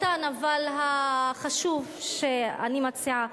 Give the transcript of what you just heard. הקטן אבל החשוב שאני מציעה.